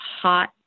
hot